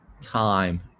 time